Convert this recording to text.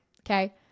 Okay